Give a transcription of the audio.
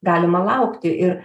galima laukti ir